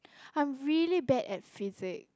I'm really bad at Physics